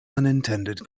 unintended